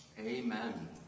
Amen